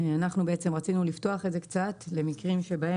אנחנו בעצם רצינו לפתוח את זה קצת למקרים שבהם